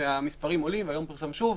שהמספרים עולים והיום פורסם שוב.